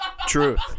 Truth